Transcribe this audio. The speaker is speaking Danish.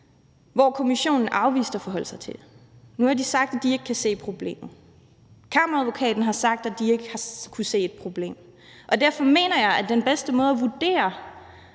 hvor Kommissionen afviste at forholde sig til det. Nu har de sagt, at de ikke kan se problemet. Kammeradvokaten har sagt, at de ikke har kunnet se et problem, og derfor mener jeg, at den bedste måde at vurdere,